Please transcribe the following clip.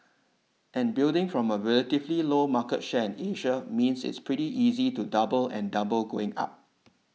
and building from a relatively low market share in Asia means it's pretty easy to double and double going up